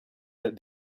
that